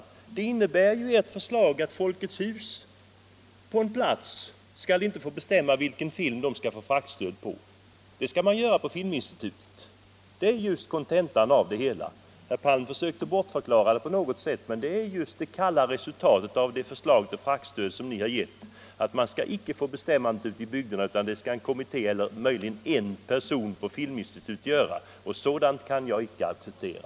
Ert förslag innebär ju att en folketshusförening på en plats inte själv skall få bestämma vilken film den skall få fraktstöd för, utan det skall bestämmas på Filminstitutet. Det är kontentan av det hela. Herr Palm försöker bortförklara det, men det är just det kalla resultatet av det förslag till fraktstöd som ni har lagt fram: man skall icke få bestämma ute i bygderna, utan det skall en kommitté eller möjligen en person på Filminstitutet göra. Sådant kan jag icke acceptera.